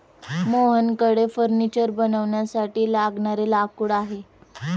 मोहनकडे फर्निचर बनवण्यासाठी लागणारे लाकूड आहे